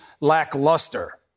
lackluster